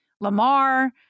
Lamar